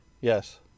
Yes